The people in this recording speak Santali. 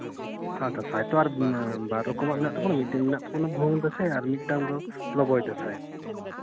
ᱟᱨ ᱫᱟᱸᱥᱟᱭ ᱛᱚ ᱟᱨ ᱵᱟᱨ ᱨᱚᱠᱚᱢᱟᱜ ᱢᱮᱱᱟᱜ ᱛᱟᱵᱚᱱᱟ ᱢᱤᱫᱴᱟᱝ ᱢᱮᱱᱟᱜ ᱛᱟᱵᱚᱱᱟ ᱵᱷᱩᱣᱟᱹᱝ ᱫᱟᱸᱥᱟᱭ ᱟᱨ ᱢᱤᱫᱴᱟᱹᱝ ᱫᱚ ᱞᱚᱵᱚᱭ ᱫᱟᱸᱥᱟᱭ